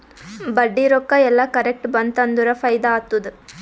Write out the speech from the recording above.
ಬಡ್ಡಿ ರೊಕ್ಕಾ ಎಲ್ಲಾ ಕರೆಕ್ಟ್ ಬಂತ್ ಅಂದುರ್ ಫೈದಾ ಆತ್ತುದ್